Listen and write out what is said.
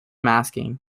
masking